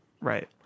Right